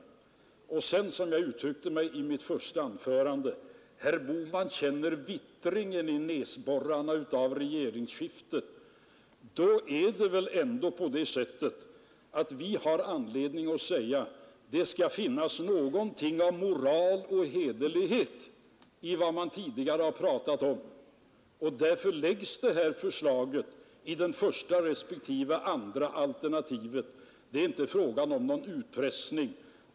Herr Bohman har avvisat det, därför att han, som jag uttryckte mig i mitt första anförande, kände vittringen av ett regeringsskifte i näsborrarna. Har vi då inte anledning att säga att man skall ha så mycket moral och hederlighet att det ligger någonting i vad man talar om? Vi framlade förslaget och det första respektive andra alternativet till finansiering. Det är inte fråga om någon utpressning.